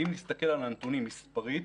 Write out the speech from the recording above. אם נסתכל על הנתונים מספרית,